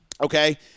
okay